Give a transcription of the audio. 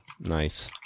Nice